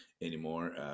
anymore